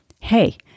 Hey